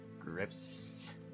Grips